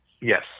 yes